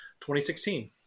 2016